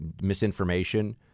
misinformation